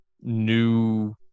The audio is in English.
new